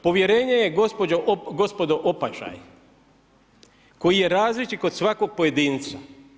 Povjerenje je gospodo opažaj, koji je različit kod svakog pojedinca.